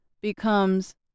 becomes